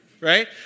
right